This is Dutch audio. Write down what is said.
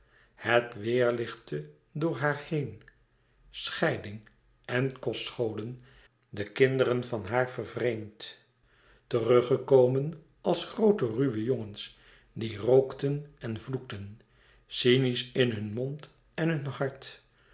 het weêrlichtte door haar heen scheiding en kostscholen de kinderen van haar vervreemd teruggekomen als groote ruwe jongens die rookten en vloekten cynisch in hun mond en hun hart